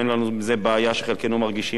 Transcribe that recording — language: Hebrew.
אין לנו בעיה שחלקנו מרגישים,